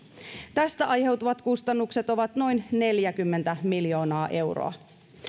tästä aiheutuvat kustannukset ovat noin neljäkymmentä miljoonaa euroa